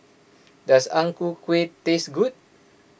does Ang Ku Kueh taste good